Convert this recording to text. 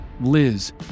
Liz